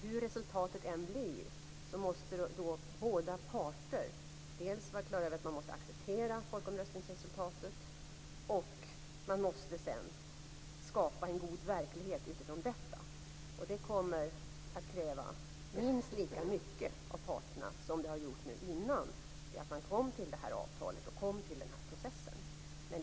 Hur resultatet än blir måste båda parter dels acceptera folkomröstningsresultatet, dels skapa en god verklighet utifrån detta. Det kommer att kräva minst lika mycket av parterna som det har krävts innan man kom fram till det här avtalet och denna process.